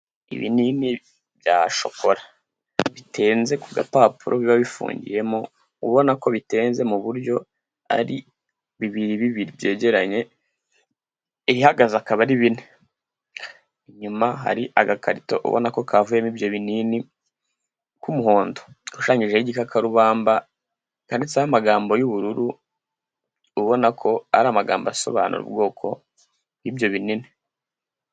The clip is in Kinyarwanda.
Ibinini bya shokora bitenze ku gapapuro biba bifungiyemo ubona ko bitenze mu buryo ari bibiri bibiri byegeranye, ibihagaze akaba ari bine. Inyuma hari agakarito ubona ko kavuyemo ibyo binini k'umuhondo, gashushanyijeho igikakarubamba kandiitseho amagambo y'ubururu, ubona ko ari amagambo asobanura ubwoko bw'ibyo binini.